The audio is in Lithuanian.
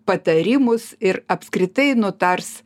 patarimus ir apskritai nutars